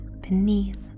beneath